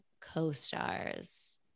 co-stars